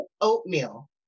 oatmeal